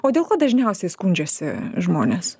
o dėl ko dažniausiai skundžiasi žmonės